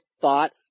thought